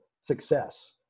success